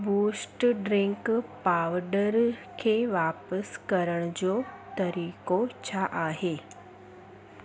boost drink powder खे वापसि करण जो तरीक़ो छा आहे